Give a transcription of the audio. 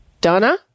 Donna